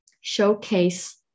showcase